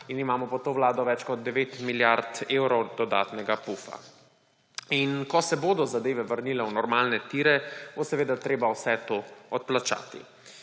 in imamo pod to vlado več kot 9 milijard evrov dodatnega pufa in ko se bodo zadeve vrnile v normalne tire, bo seveda treba vse to odplačati.